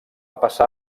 passar